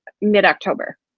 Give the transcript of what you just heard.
mid-October